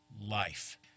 life